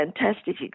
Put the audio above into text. fantastic